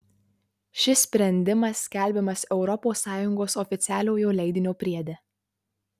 šis sprendimas skelbiamas europos sąjungos oficialiojo leidinio priede